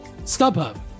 StubHub